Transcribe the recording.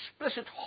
explicit